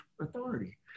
authority